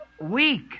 weak